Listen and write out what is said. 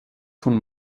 von